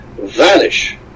vanish